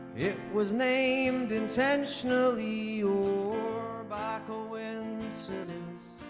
it was names intentionally or by ah coincidence